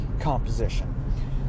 composition